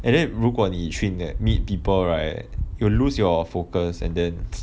and then 如果你去 meet people right you will lose your focus and then